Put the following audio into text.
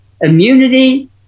Immunity